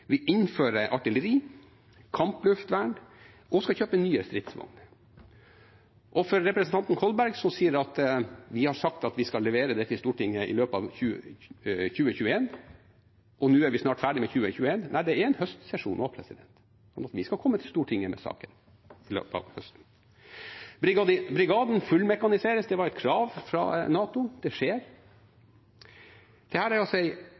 vi innfører artilleri, kampluftvern, og vi skal kjøpe nye stridsvogner. Til representanten Kolberg, som sier at vi har sagt at vi skal levere det til Stortinget i løpet av 2021 – og nå er vi snart ferdige med 2021: Nei, det er en høstsesjon også, og vi skal komme til Stortinget med saken i løpet av høsten. Brigaden fullmekaniseres. Det var et krav fra NATO. Det skjer, og dette er